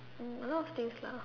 um a lot of things lah